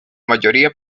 mayoría